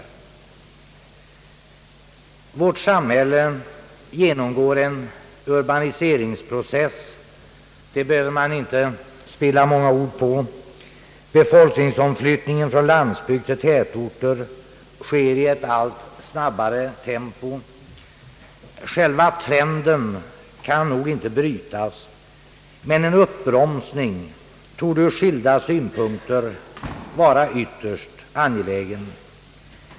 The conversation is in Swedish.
Vårt samhälle genomgår en urbaniseringsprocess; det behöver man inte spilla många ord på. Befolkningsomflyttningen från landsbygd till tätorter sker i ett allt snabbare tempo. Själva trenden kanske inte kan brytas, men en uppbromsning torde ur skilda synpunkter vara ytterst angelägen.